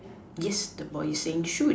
yes the boy is saying shoot